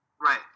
Right